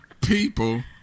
people